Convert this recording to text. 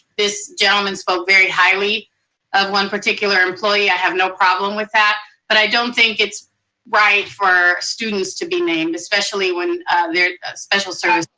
this gentleman spoke very highly of one particular employee, i have no problem with that. but i don't think it's right for students to be named, especially when they're special service